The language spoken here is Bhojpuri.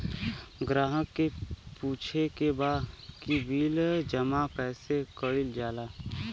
ग्राहक के पूछे के बा की बिल जमा कैसे कईल जाला?